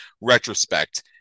retrospect